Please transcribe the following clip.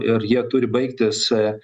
ir jie turi baigtis